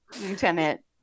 Lieutenant